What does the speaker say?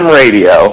radio